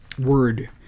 word